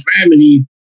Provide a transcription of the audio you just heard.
family